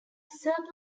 surplus